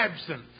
absence